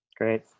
great